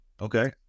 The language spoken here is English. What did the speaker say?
Okay